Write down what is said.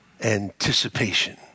anticipation